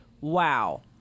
wow